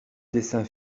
dessin